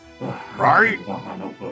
Right